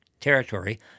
territory